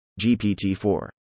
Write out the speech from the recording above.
GPT-4